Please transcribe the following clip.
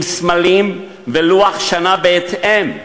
עם סמלים ולוח שנה בהתאם.